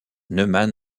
neumann